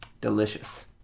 Delicious